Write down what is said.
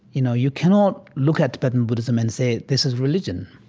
you know, you cannot look at tibetan buddhism and say this is religion.